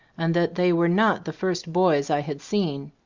and that they were not the first boys i had seen.